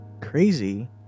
crazy